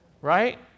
right